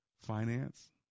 finance